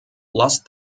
lost